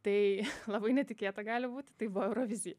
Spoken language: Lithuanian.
tai labai netikėta gali būti tai buvo eurovizija